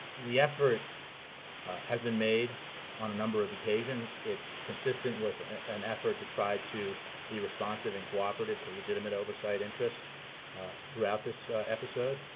the effort has been made on a number of occasions. it's consistent with an effort to try to be responsive and cooperative to legitimate oversight interests throughout this episode.